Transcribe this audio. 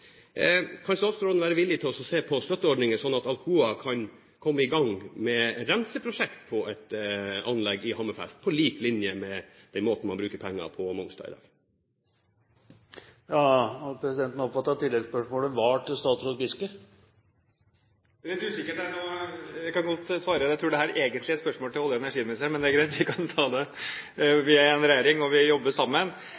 Kan statsråden være villig til å se på støtteordninger, slik at Alcoa kan komme i gang med renseprosjekt på et anlegg i Hammerfest, på lik linje med den måten man bruker penger på på Mongstad i dag? Da har presidenten oppfattet at tilleggsspørsmålet er til statsråd Giske. Det er litt usikkert. Jeg kan godt svare, men jeg tror egentlig dette er et spørsmål til olje- og energiministeren. Jeg kan ta det, vi er én regjering, og vi